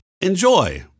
Enjoy